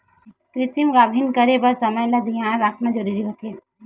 कृतिम गाभिन करे बर समे ल धियान राखना जरूरी होथे